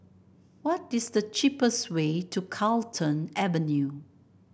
what is the cheapest way to Carlton Avenue